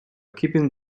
keeping